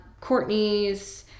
Courtney's